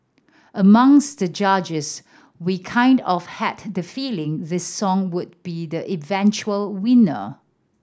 amongst the judges we kind of had the feeling this song would be the eventual winner